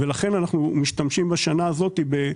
ולכן אנחנו משתמשים בשנה הזאת בחלק מן הכסף.